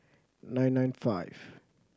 nine nine five